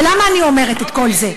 ולמה אני אומרת את כל זה?